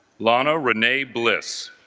lana renee bliss